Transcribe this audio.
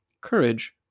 courage